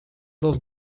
those